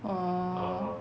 orh